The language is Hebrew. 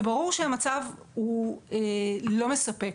ברור שהמצב לא מספק.